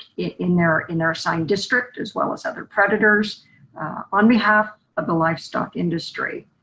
in their in their assigned district as well as other predators on behalf of the livestock industry.